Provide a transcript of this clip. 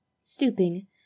Stooping